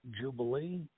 jubilee